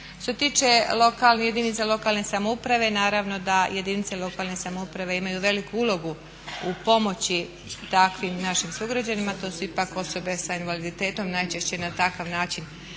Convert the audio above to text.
lokalnih, jedinica lokalne samouprave naravno da jedinice lokalne samouprave imaju veliku ulogu u pomoći takvim našim sugrađanima, to su ipak osobe sa invaliditetom, najčešće na takav način